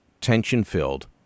tension-filled